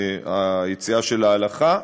ביציאה של ההלכה,